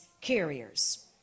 carriers